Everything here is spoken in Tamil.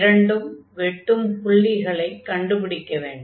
இரண்டும் வெட்டும் புள்ளிகளைக் கண்டுபிடிக்க வேண்டும்